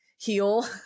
heal